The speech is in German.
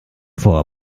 vor